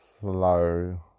slow